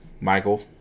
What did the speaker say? Michael